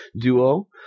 Duo